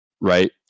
Right